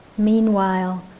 Meanwhile